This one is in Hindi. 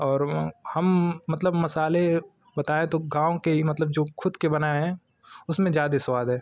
और वो हम मतलब मसाले बताया तो गाँव के ही मतलब जो ख़ुद के बनाए हैं उसमें ज्यादे स्वाद है